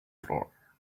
floor